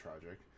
tragic